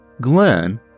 Glenn